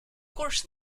course